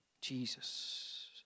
Jesus